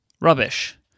Rubbish